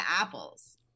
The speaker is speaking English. apples